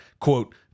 quote